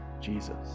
Jesus